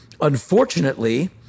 Unfortunately